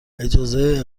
اجازه